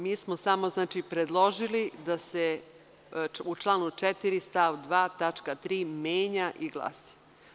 Mi smo samo predložili da se u članu 4. stav 2. tačka 3) menja i glasi.